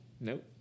Nope